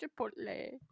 chipotle